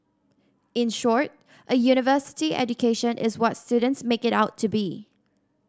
in short a university education is what students make it out to be